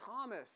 Thomas